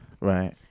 right